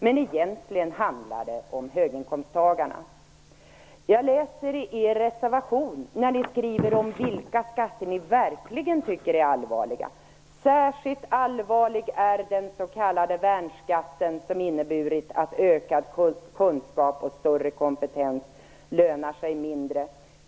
Men egentligen handlar det om höginkomsttagarna. Jag läser i er reservation om vilka skatter ni verkligen tycker är allvarliga. Särskilt allvarlig är den s.k. värnskatten som inneburit att ökad kunskap och större kompetens lönar sig mindre.